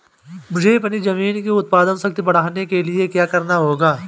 मुझे अपनी ज़मीन की उत्पादन शक्ति बढ़ाने के लिए क्या करना होगा?